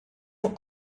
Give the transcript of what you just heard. fuq